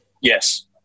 Yes